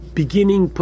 beginning